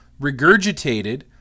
Regurgitated